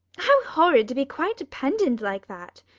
how horrid to be quite dependent like that!